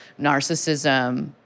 narcissism